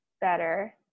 better